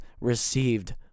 Received